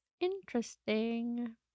Interesting